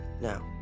Now